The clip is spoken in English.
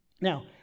now